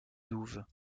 douves